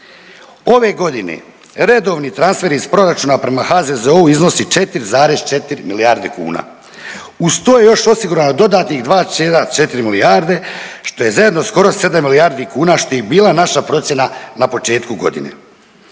Ove godine redovni transfer iz proračuna prema HZZO-u iznosi 4,4 milijarde kuna. Uz to je još osigurano dodatnih 2,4 milijarde, što je zajedno skoro 7 milijardi kuna, što je i bila naša procjena na početku godine.